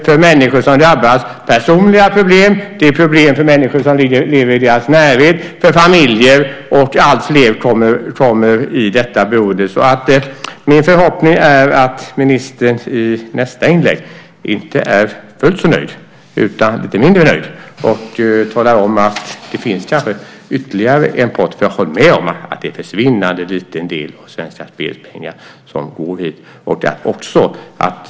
För människor som drabbas är detta personliga problem. Det innebär problem för människor som lever i deras närhet och för familjer. Alltfler kommer i detta beroende. Min förhoppning är att ministern i nästa inlägg inte är fullt så nöjd, utan lite mindre nöjd och talar om att det kanske finns ytterligare en pott. Håll med om att det är en försvinnande liten del av Svenska Spels pengar som går hit.